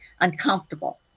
uncomfortable